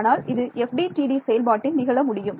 ஆனால் இது FDTD செயல்பாட்டில் நிகழ முடியும்